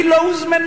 היא לא הוזמנה.